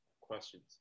questions